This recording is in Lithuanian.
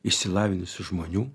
išsilavinusių žmonių